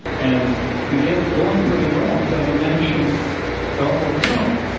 and you get going pretty well until we mention donald trump.